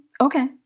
okay